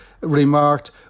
remarked